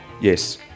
Yes